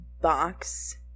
box